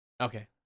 Okay